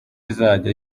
izajya